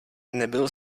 nebyl